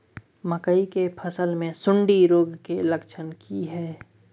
मकई के फसल मे सुंडी रोग के लक्षण की हय?